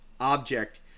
object